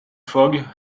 fogg